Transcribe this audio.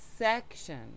section